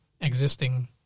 existing